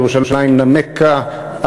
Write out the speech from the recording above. ירושלים נמקה,